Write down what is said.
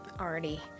already